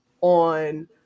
on